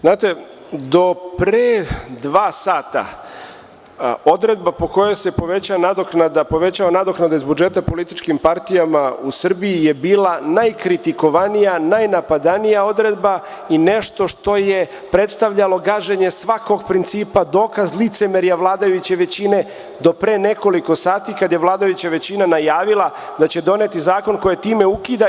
Znate, do pre dva sata, odredba po kojoj se povećava nadoknada iz budžeta političkim partijama u Srbiji je bila najkritikovanija, najnapadanija odredba i nešto što je predstavljalo gaženje svakog principa, dokaz licemerja vladajuće većine, do pre nekoliko sati, kada je vladajuća većina najavila da će doneti zakon koje time ukida.